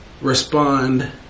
respond